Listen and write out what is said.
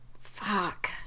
Fuck